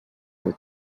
with